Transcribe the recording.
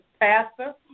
pastor